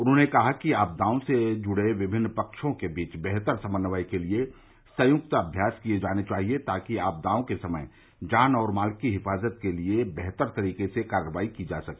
उन्होंने कहा कि आपदाओं से जुड़े विभिन्न संबद्व पक्षों के बीच बेहतर समन्वय के लिए संयुक्त अभ्यास किये जाने चाहिए ताकि आपदाओं के समय जान और माल की हिफाजत के लिए बेहतर तरीके से कार्रवाई की जा सके